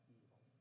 evil